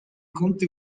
conte